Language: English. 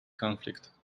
conflict